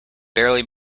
barely